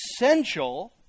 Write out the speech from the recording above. essential